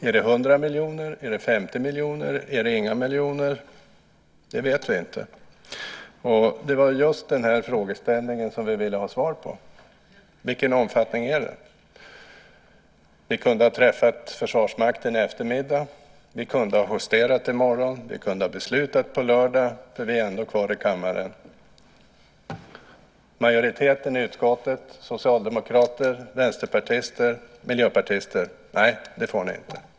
Är det 100 miljoner? Är det 50 miljoner? Är det inga miljoner? Det vet vi inte. Det var just den frågeställningen som vi ville ha svar på. Vilken omfattning är det? Vi kunde ha träffat Försvarsmakten i eftermiddag. Vi kunde ha justerat i morgon. Vi kunde ha beslutat på lördag, då vi ändå är kvar i kammaren. Majoriteten i utskottet - socialdemokrater, vänsterpartister och miljöpartister - sade: Nej, det får ni inte.